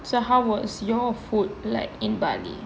so how was your food like in bali